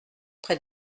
près